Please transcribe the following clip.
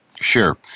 Sure